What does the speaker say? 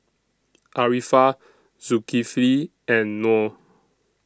Arifa Zulkifli and Nor